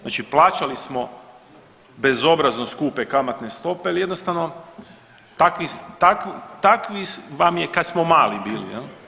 Znači plaćali smo bezobrazno skupe kamatne stope, ali jednostavno, takvi vam je kad smo mali bili.